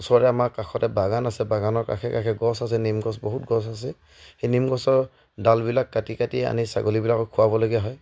ওচৰতে আমাৰ কাষতে বাগান আছে বাগানৰ কাষে কাষে গছ আছে নিম গছ বহুত গছ আছে সেই নিম গছৰ ডালবিলাক কাটি কাটি আনি ছাগলীবিলাকক খুৱাবলগীয়া হয়